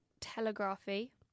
telegraphy